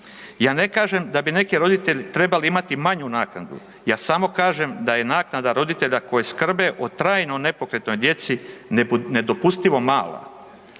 Ja ne kažem da bi neki roditelji trebali imati naknadu, ja samo kažem da je naknada roditelja koji skrbe o trajno nepokretnoj djeci nedopustivo mala.